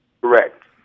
Correct